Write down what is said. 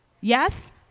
Yes